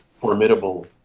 formidable